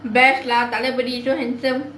best lah Thalapathi so handsome